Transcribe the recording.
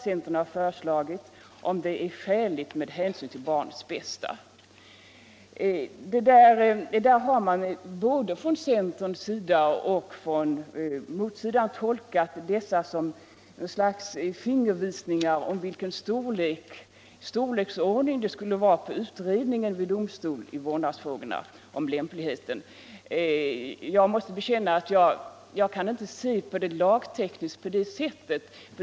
Centern har föreslagit ”om det finnes skäligt med hänsyn till barnens bästa”. Både inom centern och på motsidan har man tolkat formuleringarna som en fingervisning om storleken av den utredning om det lämpliga i vårdnadsfrågan som skall företas vid domstolen. Jag kan inte se det lagtekniskt på det sättet.